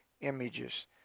images